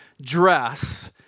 dress